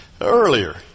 Earlier